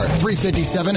.357